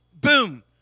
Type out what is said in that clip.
boom